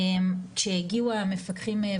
כשהגיעו המפקחים,